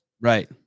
Right